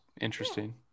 interesting